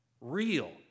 real